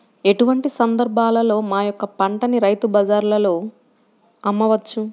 ఎటువంటి సందర్బాలలో మా యొక్క పంటని రైతు బజార్లలో అమ్మవచ్చు?